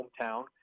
hometown